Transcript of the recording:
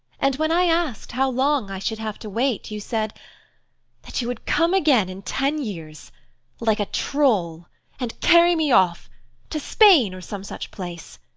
and when i asked how long i should have to wait, you said that you would come again in ten years like a troll and carry me off to spain or some such place.